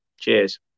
Cheers